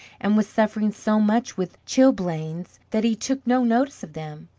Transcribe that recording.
and was suffering so much with chilblains, that he took no notice of them.